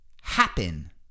happen